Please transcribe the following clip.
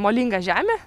molinga žemė